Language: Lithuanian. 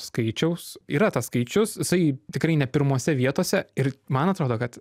skaičiaus yra tas skaičius jisai tikrai ne pirmose vietose ir man atrodo kad